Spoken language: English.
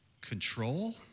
control